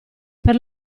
per